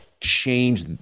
change